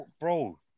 bro